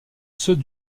ceux